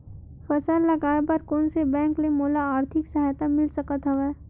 फसल लगाये बर कोन से बैंक ले मोला आर्थिक सहायता मिल सकत हवय?